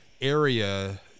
area